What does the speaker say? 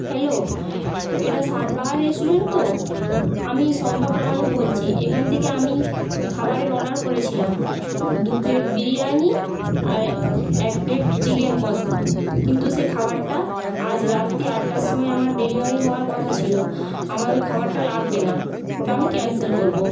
hello এটা Swadbahar restaurant তো আমি শম্পা প্রামাণিক বলছি এখান থেকে আমি খাবারের অর্ডার করেছিলাম দু প্লেট বিরিয়ানি আর এক প্লেট চিকেন কষা কিন্তু সে খাবারটা আজ রাত্রি আটটার সময় আমার ডেলিভারি হওয়ার কথা ছিল আমার ওই খাবারটা লাগবে না আমি ওটা ক্যান্সেল করবো